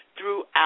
throughout